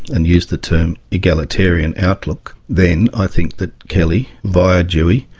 and use the term egalitarian outlook, then i think that kelly, via dewey,